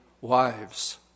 wives